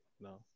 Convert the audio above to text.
No